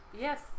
Yes